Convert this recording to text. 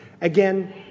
Again